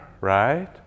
right